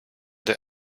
der